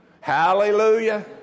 hallelujah